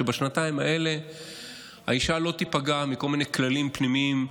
ובשנתיים האלה האישה לא תיפגע מכל מיני כללים פנימיים,